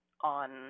on